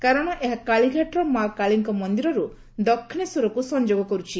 କାରଣ ଏହା କାଳିଘାଟର ମା' କାଳୀଙ୍କ ମନ୍ଦିରରୁ ଦକ୍ଷିଣେଶ୍ୱରକୁ ସଂଯୋଗ କରୁଛି